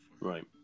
Right